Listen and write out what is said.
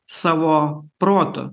savo protu